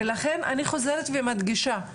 ולכן אני חוזרת ומדגישה,